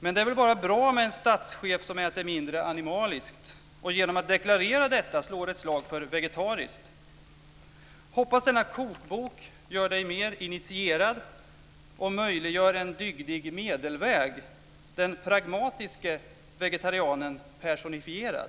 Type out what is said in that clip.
Det är väl bara bra med en statschef som äter mindre animaliskt, och genom att deklarera detta slår ett slag för vegetariskt. Hoppas denna kokbok gör dig mer initierad, och möjliggör en dygdig medelväg, den pragmatiske vegetarianen personifierad!